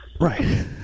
Right